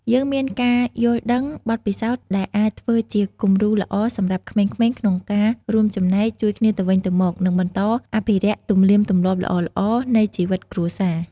យើងមានការយល់ដឹង បទពិសោធន៍ ដែលអាចធ្វើជាគំរូល្អសម្រាប់ក្មេងៗ ក្នុងការរួមចំណែក ជួយគ្នាទៅវិញទៅមក និងបន្តអភិរក្សទំនៀមទម្លាប់ល្អៗនៃជីវិតគ្រួសារ។